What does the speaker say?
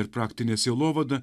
ir praktinė sielovada